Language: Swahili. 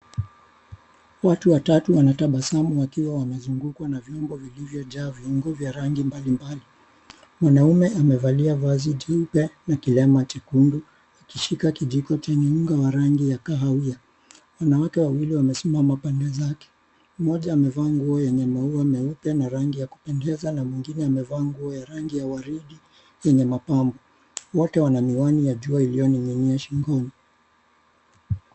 Watu watatu wanatabasamu wakiwa wamezungukwa na viungo vilivyojaa viungo vya rangi mbalimbali, mwanaume amevalia vazi jeupe na kilemba chekundu akishika kijiko chenye muundo wa rangi ya kahawia. Wanawake wawili wamesimama kando yake mmoja amevaa nguo yenye maua meupe na rangi ya kupendeza na mwingine amevaa nguo yenye rangi waridi yenye mapambo wote wana miwani la jua iliyoning'inia shingoni.